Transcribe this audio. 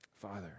Father